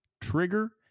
trigger